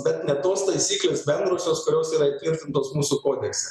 bet ne tos taisyklės bendrosios kurios yra įtvirtintos mūsų kodekse